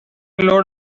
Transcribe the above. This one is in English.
load